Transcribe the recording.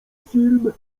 film